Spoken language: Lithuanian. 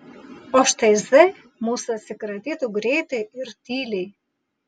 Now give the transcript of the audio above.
o štai z mūsų atsikratytų greitai ir tyliai